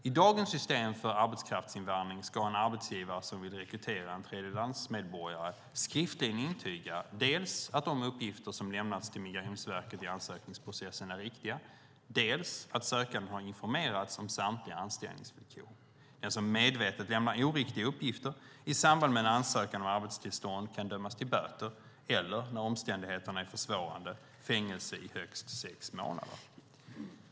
I dagens system för arbetskraftsinvandring ska en arbetsgivare som vill rekrytera en tredjelandsmedborgare skriftligen intyga dels att de uppgifter som lämnats till Migrationsverket i ansökningsprocessen är riktiga, dels att sökanden har informerats om samtliga anställningsvillkor. Den som medvetet lämnar oriktiga uppgifter i samband med en ansökan om arbetstillstånd kan dömas till böter eller, när omständigheterna är försvårande, fängelse i högst sex månader.